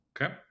Okay